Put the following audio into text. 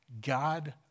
God